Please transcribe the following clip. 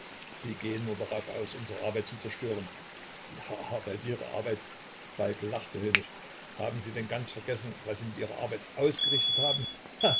sie gehen nur darauf aus unsere arbeit zu zerstören ihre arbeit ihre arbeit falk lachte höhnisch haben sie denn ganz vergessen was sie mit ihrer arbeit ausgerichtet haben